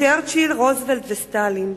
צ'רצ'יל, רוזוולט וסטלין.